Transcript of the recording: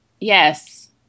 yes